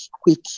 quick